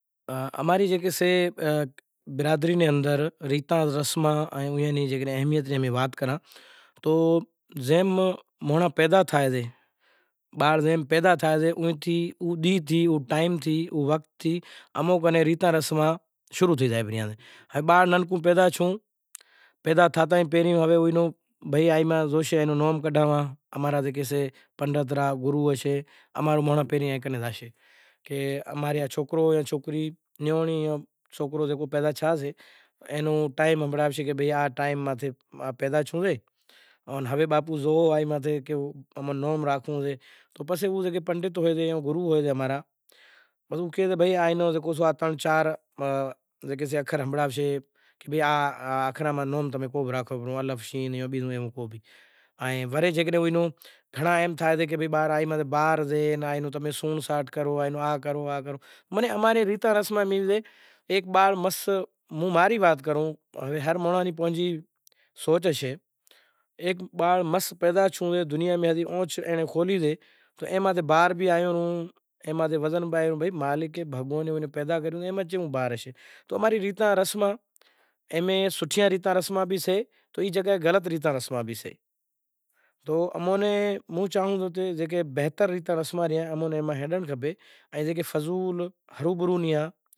اماں نے اندر دنیا نی ریتاں رسماں نی زے وات کراں تو زے ماں مانڑاں پیدا تھائے زے اوئیں تھی ڈینہں تھی او وقت تھی اماں کن ریتاں رسماں شروع تھے زائیں ریں، باڑ پیدا تھے پسے نام کڈھاواں پنڈت سے گرو سے او بھی پیشا لیشے، کو باکرو لیشے کو پوزا کڈھاشے ایم مانڑو ایئاں بھگتاں کن فاہی زائے، پسے موٹو تھیسے تو ویواہ کرشیں ننکی عمر میں پسے او ویواہ ناں قرض بھری بھری موٹو تھائے تو اوئے نوں اولاد بی ویواہ کرائے ایم اینو کو ٹیم ئی نہیں زڑے زکو آپرے فیوچر ہاروں کو کام کرے باڑاں ناں بھنڑائے۔